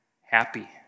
happy